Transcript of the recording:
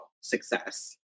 success